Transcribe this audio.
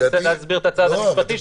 אני מנסה להסביר את הצד המשפטי.